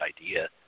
idea